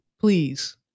Please